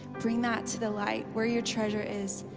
bring that to the light where your treasure is.